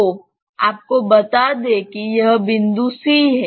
तो आपको बता दें कि यह बिंदु C है